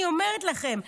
אני אומרת לכם,